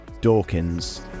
Dawkins